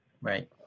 Right